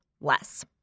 less